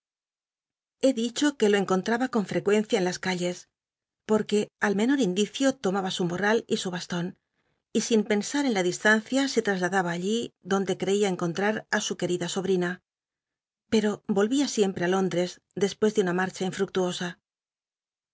he dicho que lo encon traba con frecuencia en las calles porque al menor indicio lomaba u morral y su bastan y sin pensar en la distancia se trasladaba allí donde creía encontrar t su querida sobrina pero voll'ia siempre á lóndres despues de una marcha infructuosa